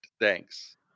Thanks